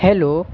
hello